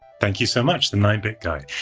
thank you so much, the nine bit guy.